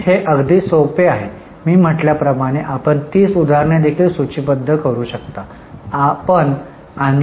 हे अगदी सोपे आहे मी म्हटल्या प्रमाणे आपण 30 उदाहरणे देखील सूचीबद्ध करू शकता